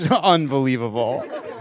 Unbelievable